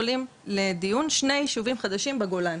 עולים לדיון שני יישובים חדשים בגולן,